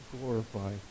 glorify